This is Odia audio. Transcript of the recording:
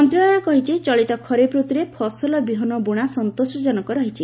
ମନ୍ତ୍ରଣାଳୟ କହିଛି ଚଳିତ ଖରିଫ ରତ୍ରରେ ଫସଲ ବିହନ ବୁଣା ସନ୍ତୋଷଜନକ ରହିଛି